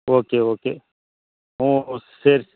okay okay ஒ சரி